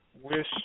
wish